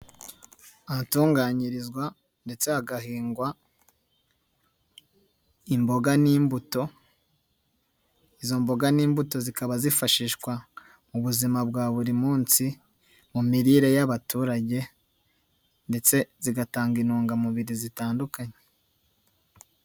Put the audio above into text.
Ahatunganyirizwa ndetse hagahingwa imboga n'imbuto, izo mboga n'imbuto zikaba zifashishwa mu buzima bwa buri munsi mu mirire y'abaturage ndetse zigatanga intungamubiri zitandukanye.